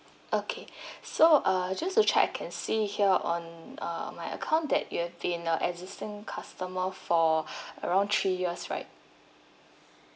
okay so err just to check I can see here on uh my account that you have been uh existing customer for around three years right